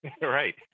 right